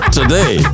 today